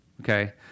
Okay